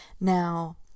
Now